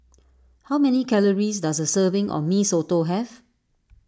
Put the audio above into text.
how many calories does a serving of Mee Soto have